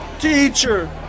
Teacher